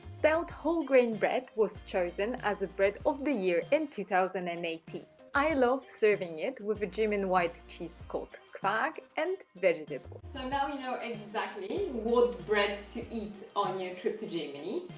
spelt whole-grain bread was chosen as a bread of the year in two thousand and eighteen i love serving it with the german white cheese called quark and vegetables. so no you know exactly what bread to eat on your trip to germany.